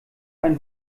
ein